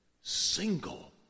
single